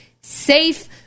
safe